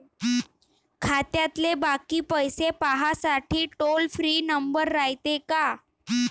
खात्यातले बाकी पैसे पाहासाठी टोल फ्री नंबर रायते का?